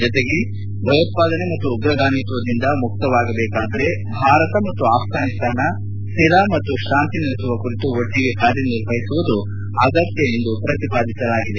ಜತೆಗೆ ಭಯೋತ್ಪಾದನೆ ಮತ್ತು ಉಗ್ರಗಾಮಿತ್ವದಿಂದ ಮುಕ್ತವಾಗಬೇಕಾದರೆ ಭಾರತ ಮತ್ತು ಆಘಘಾನಿಸ್ತಾನ ಸ್ವಿರ ಶಾಂತಿ ನೆಲಸುವ ಕುರಿತು ಒಟ್ಟಿಗೆ ಕಾರ್ಯನಿರ್ವಹಿಸುವುದು ಅಗತ್ಯ ಎಂದು ಪ್ರತಿಪಾದಿಸಲಾಗಿದೆ